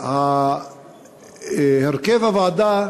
הרכב הוועדה